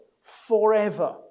forever